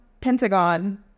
pentagon